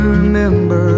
remember